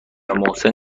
محسن